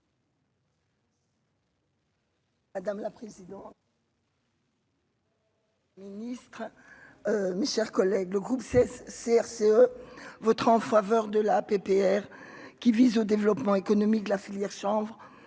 minutes. Ministre, mes chers collègues, le groupe C CRCE votre en faveur de la PPR qui vise au développement économique de la filière chanvre